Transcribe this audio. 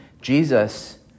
Jesus